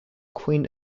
queen